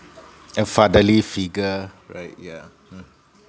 and fatherly figure right yeah